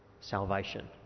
salvation